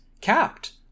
capped